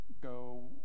go